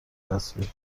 تصویر